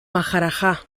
maharajà